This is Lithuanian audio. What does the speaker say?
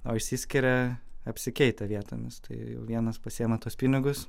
o išsiskiria apsikeitę vietomis tai jau vienas pasiėma tuos pinigus